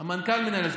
המנכ"ל מנהל את זה.